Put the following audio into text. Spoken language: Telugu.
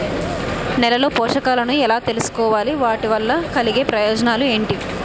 నేలలో పోషకాలను ఎలా తెలుసుకోవాలి? వాటి వల్ల కలిగే ప్రయోజనాలు ఏంటి?